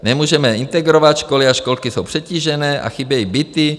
Nemůžeme integrovat, školy a školky jsou přetížené a chybějí byty.